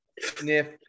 sniff